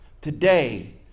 today